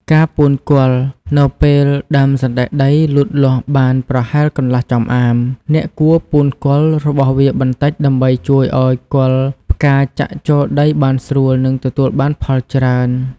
ការពូនគល់ នៅពេលដើមសណ្ដែកដីលូតលាស់បានប្រហែលកន្លះចម្អាម អ្នកគួរពូនគល់របស់វាបន្តិចដើម្បីជួយឱ្យគល់ផ្កាចាក់ចូលដីបានស្រួល និងទទួលបានផលច្រើន។